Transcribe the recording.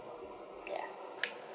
yeah